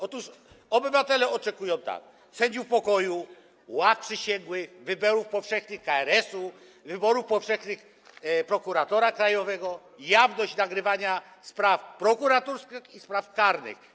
Otóż obywatele oczekują: sędziów pokoju, ław przysięgłych, wyborów powszechnych KRS-u, wyborów powszechnych prokuratora krajowego, jawności nagrywania spraw prokuratorskich i spraw karnych.